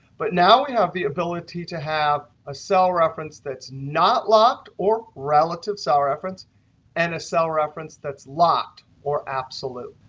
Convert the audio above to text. but now we you know have the ability to have a cell reference that's not locked or relatives cell reference and a cell reference that's locked or absolute.